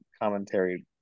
commentary